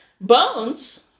Bones